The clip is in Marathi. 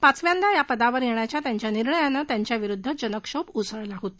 पाचव्यांदा ह्या पदावर येण्याच्या त्यांच्या निर्णयाने त्यांच्याविरुद्ध जनक्षोभ उसळला होता